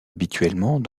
habituellement